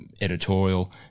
editorial